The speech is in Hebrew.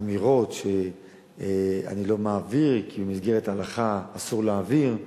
אמירות שאני לא מעביר כי במסגרת ההלכה אסור להעביר,